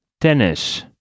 Tennis